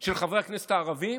של חברי הכנסת הערבים